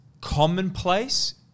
commonplace